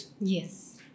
Yes